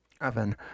oven